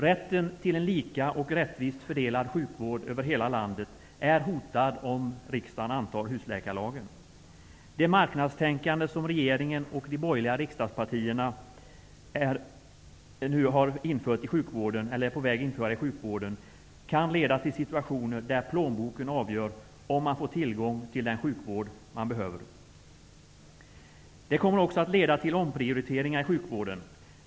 Rätten till en lika och rättvist fördelad sjukvård över hela landet är hotad om riksdagen antar husläkarlagen. Det marknadstänkande som regeringen och de borgerliga riksdagspartierna nu är på väg att införa i sjukvården kan leda till situationer där plånboken avgör om man får tillgång till den sjukvård man behöver. Det kommer också att leda till omprioriteringar i sjukvården.